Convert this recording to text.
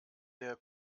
der